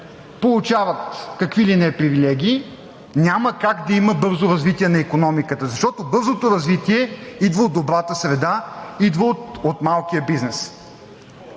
получават какви ли не привилегии, няма как да има бързо развитие на икономиката. Защото бързото развитие идва от добрата среда, идва от малкия бизнес.